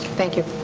thank you.